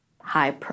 high